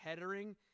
Headering